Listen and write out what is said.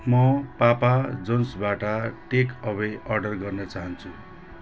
म पापा जोन्सबाट takeaway order गर्न चाहन्छु